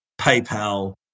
PayPal